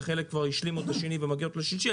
וחלק כבר השלימו את השלב השני ומגיעות לשלישי,